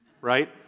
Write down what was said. right